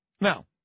Now